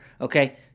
okay